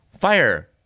fire